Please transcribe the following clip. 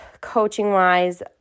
coaching-wise